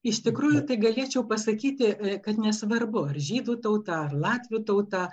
iš tikrųjų tai galėčiau pasakyti kad nesvarbu ar žydų tauta ar latvių tauta